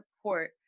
support